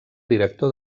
director